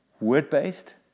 word-based